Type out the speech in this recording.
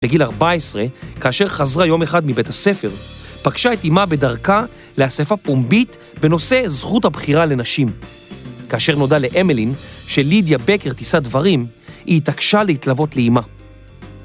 ‫בגיל 14, כאשר חזרה יום אחד ‫מבית הספר, ‫פגשה את אמה בדרכה לאספה פומבית ‫בנושא זכות הבחירה לנשים. ‫כאשר נודע לאמלין ‫שלידיה בקר תישא דברים, ‫היא התעקשה להתלוות לאמה.